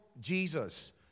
Jesus